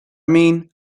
mean